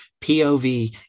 POV